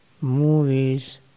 movies